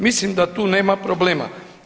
Mislim da tu nema problema.